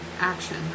action